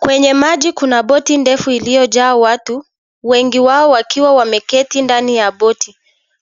Kwenye maji kuna boti ndefu iliyojaa watu. Wengi wao wakiwa wameketi ndani ya boti.